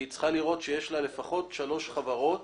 היא צריכה לראות שיש להן לפחות שלוש חברות